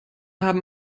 haben